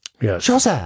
yes